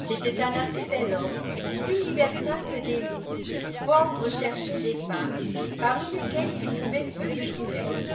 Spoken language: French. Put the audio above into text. c'était un assez bel homœtfe tekis iftertlh ne dévot fort rechercbé des femiaes parmi esqwfll h trouvait peu de cruelles